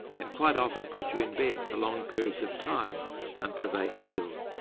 and quite often put you in bed for long periods of time until they heal.